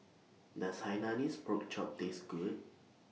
Does Hainanese Pork Chop Taste Good